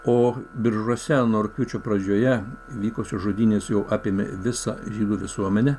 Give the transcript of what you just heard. o biržuose nuo rugpjūčio pradžioje vykusios žudynės jau apėmė visą žydų visuomenę